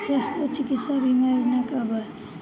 स्वस्थ और चिकित्सा बीमा योजना का बा?